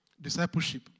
discipleship